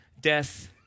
death